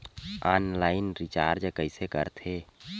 Online recharge कइसे करथे?